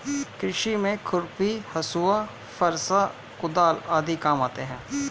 कृषि में खुरपी, हँसुआ, फरसा, कुदाल आदि काम आते है